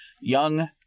young